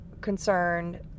concerned